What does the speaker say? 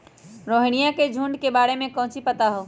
रोहिनया के झुंड के बारे में कौची पता हाउ?